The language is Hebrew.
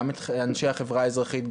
גם את אנשי החברה האזרחית,